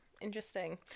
interesting